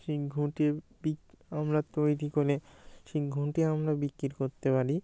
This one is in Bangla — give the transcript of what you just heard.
সেই ঘুঁটে বিক আমরা তৈরি করে সেই ঘুঁটে আমরা বিক্রি করতে পারি